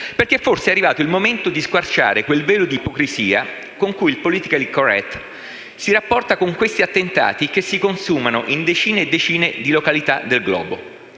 perché forse è arrivato il momento di squarciare quel velo di ipocrisia con cui il *politically correct* si rapporta con questi attentati che si consumano in decine e decine di località del globo.